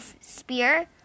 Spear